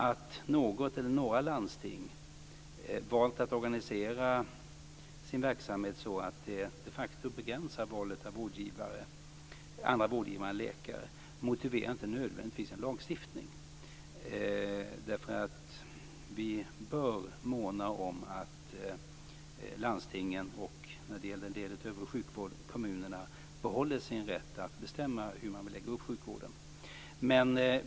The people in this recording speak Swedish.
Att något eller några landsting valt att organisera sin verksamhet så att det de facto begränsar valet av andra vårdgivare än läkare motiverar inte nödvändigtvis en lagstiftning. Vi bör måna om att landstingen och - när det gäller en del av övrig sjukvård - kommunerna behåller sin rätt att bestämma hur de vill lägga upp sjukvården.